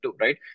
right